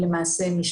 למעשה,